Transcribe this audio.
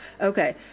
Okay